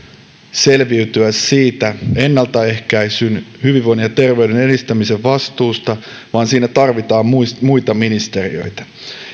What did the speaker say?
selviytyä siitä ennaltaehkäisyn hyvinvoinnin ja terveyden edistämisen vastuusta vaan siinä tarvitaan muita ministeriöitä